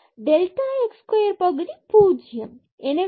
எனவே delta x square பகுதி 0